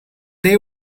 they